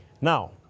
Now